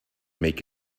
make